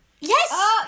Yes